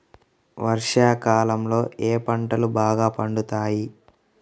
వర్షాకాలంలో ఏ పంటలు బాగా పండుతాయి?